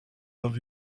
dans